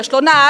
יש לו נהג,